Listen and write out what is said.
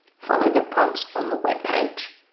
follow the prompts on the web page